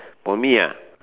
for me ah